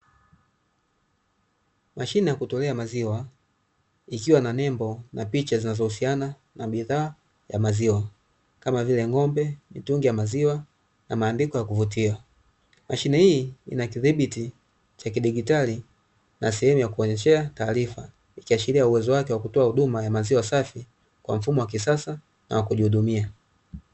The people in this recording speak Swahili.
Mashine ya kutolea maziwa ikiwa na nembo na picha zinazohusiana na bidhaa za maziwa, kama vile; ngombe, mitungi ya maziwa na màandiko ya kuvutia. Mashine hii ina kidhibiti cha kidigitali na sehemu ya kuonyesha tàarifa, kikiashiria uwezo wake wa kutoa maziwa safi kwa mfumo wa kisasa na wakujihudumia.